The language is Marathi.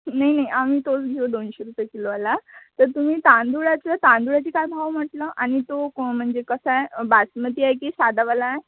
नाही नाही आम्ही तोच घेऊ दोनशे रुपये किलोवाला तर तुम्ही तांदळाचं तांदळाची काय भाव म्हटलं आणि तो को म्हणजे कसा आहे बासमती आहे की साधावाला आहे